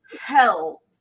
hell